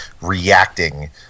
reacting